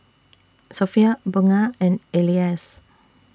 Sofea Bunga and Elyas